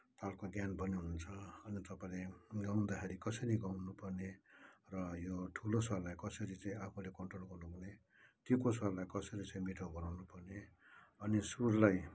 तालको ज्ञान पनि हुन्छ अन्त तपाईँलाई यहाँ गाउँदाखेरि कसरी गाउनु पर्ने र यो ठुलो स्वरलाई कसरी चाहिँ आफूले कन्ट्रोल गर्नुपर्ने तिखो स्वरलाई कसरी चाहिँ मिठो बनाउनु पर्ने अनि सुरलाई